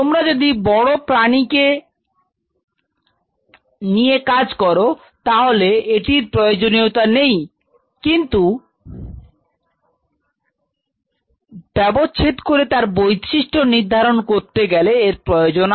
তোমরা যদি বড় প্রাণী কে ব্যবচ্ছেদ করো তাহলে এটির প্রয়োজনীয়তা নেই কিন্তু এম বায়ুকে ব্যবচ্ছেদ করে তার বৈশিষ্ট্য নির্ধারণ করতে গেলে প্রয়োজন